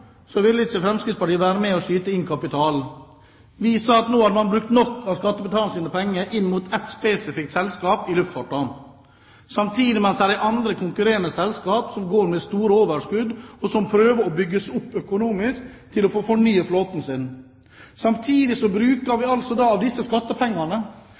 Fremskrittspartiet være med på å skyte inn kapital. Vi sa at nå har man brukt nok av skattebetalernes penger inn mot ett spesifikt selskap i luftfarten, samtidig som det er andre, konkurrerende selskap som går med store overskudd, og som prøver å bygge seg opp økonomisk for å få fornyet flåten sin. Vi bruker altså disse skattepengene